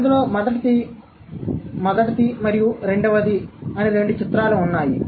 ఇది 1 అని చెప్పండి మరియు ఇది 2